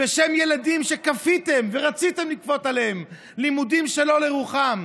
בשם ילדים שכפיתם ורציתם לכפות עליהם לימודים שלא לרוחם,